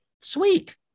Sweet